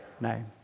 name